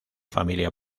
familia